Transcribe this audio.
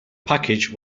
package